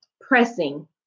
pressing